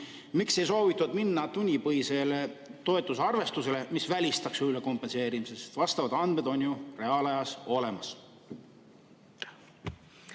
Miks ei soovitud minna tunnipõhisele toetuse arvestusele, mis välistaks ülekompenseerimise? Vastavad andmed on ju reaalajas olemas.